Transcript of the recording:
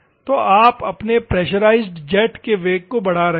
तो आप अपने प्रेशराइज़्ड जेट के वेग को बढ़ा रहे हैं